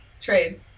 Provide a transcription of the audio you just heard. trade